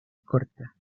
corta